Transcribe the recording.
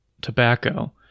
tobacco